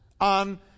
on